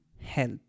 health